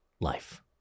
life